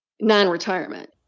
non-retirement